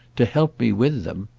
to help me with them,